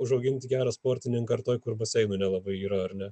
užauginti gerą sportininką ar toj kur baseinų nelabai yra ar ne